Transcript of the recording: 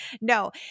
No